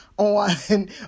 on